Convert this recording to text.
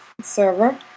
server